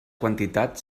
quantitat